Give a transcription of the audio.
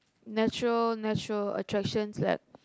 natural natural attractions that